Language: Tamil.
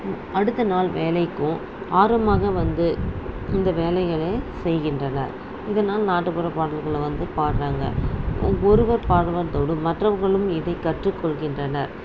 அடுத்த நாள் வேலைக்கும் ஆர்வமாக வந்து இந்த வேலைகளை செய்கின்றனர் இதனால் நாட்டுப்புற பாடல்களை வந்து பாடுறாங்க ஒருவர் பாடுறதோடு மற்றவர்களும் இதை கற்று கொள்கின்றனர்